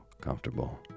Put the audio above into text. comfortable